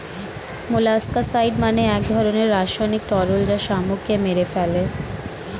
molluscicide মানে এক ধরনের রাসায়নিক তরল যা শামুককে মেরে ফেলে